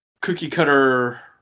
cookie-cutter